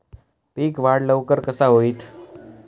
पीक वाढ लवकर कसा होईत?